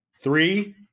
Three